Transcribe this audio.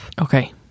Okay